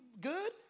good